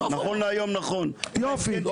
נכון להיום, נכון.